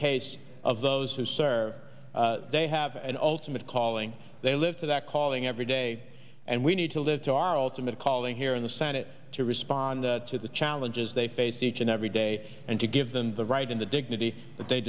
case of those who serve they have an ultimate calling they live with that calling every day and we need to live to our ultimate calling here in the senate to respond to the challenges they face each and every day and to give them the right and the dignity that they